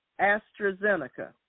AstraZeneca